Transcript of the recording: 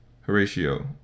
Horatio